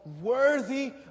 Worthy